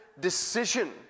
decision